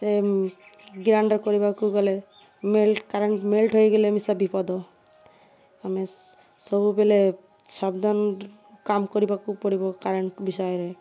ସେ ଗ୍ରାଇଣ୍ଡର କରିବାକୁ ଗଲେ ମେଲ୍ଟ କାରେଣ୍ଟ୍ ମେଲ୍ଟ ହେଇଗଲେ ମିଶା ବିପଦ ଆମେ ସବୁବେଳେ ସାବଧାନ କାମ୍ କରିବାକୁ ପଡ଼ିବ କରେଣ୍ଟ୍ ବିଷୟରେ